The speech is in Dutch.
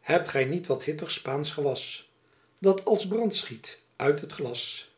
hebt gy niet wat hittigh spaensch gewas dat als brant schiet uit het glas